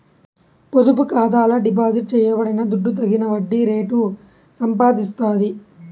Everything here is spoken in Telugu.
పొదుపు ఖాతాల డిపాజిట్ చేయబడిన దుడ్డు తగిన వడ్డీ రేటు సంపాదిస్తాది